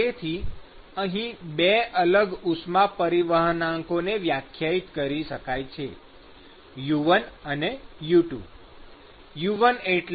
તેથી અહી બે અલગ ઉષ્મા પરિવાહનાંકોને વ્યાખ્યાયિત કરી શકાય છે U1 અને U2